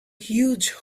huge